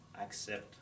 accept